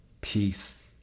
peace